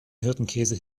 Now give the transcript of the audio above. hirtenkäse